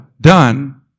done